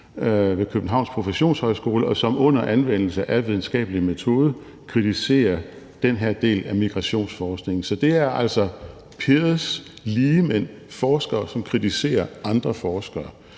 ved Københavns Professionshøjskole, og som under anvendelse af videnskabelig metode kritiserer den her del af migrationsforskningen. Så det er altså peers – ligemænd, forskere – som kritiserer andre forskere.